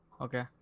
okay